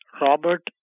Robert